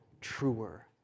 truer